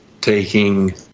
taking